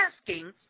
asking